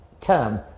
term